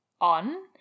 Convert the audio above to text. on